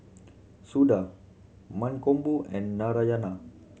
Suda Mankombu and Narayana